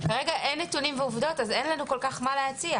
כרגע אין נתונים ועובדות ולכן אין לנו כל כך להציע.